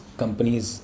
companies